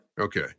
Okay